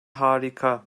harika